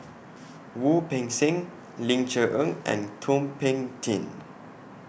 Wu Peng Seng Ling Cher Eng and Thum Ping Tjin